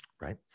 right